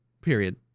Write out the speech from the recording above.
Period